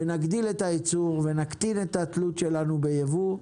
נגדיל את היצור ונקטין את התלות שלנו בייבוא,